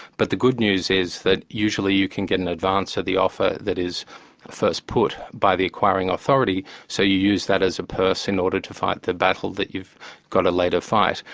but the good news is that usually you can get an advance of the offer that is first put by the acquiring authority so you use that as a purse in order to fight the battle that you've got to later fight.